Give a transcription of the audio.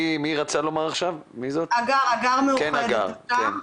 כן הגר בבקשה.